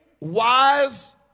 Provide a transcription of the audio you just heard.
wise